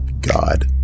god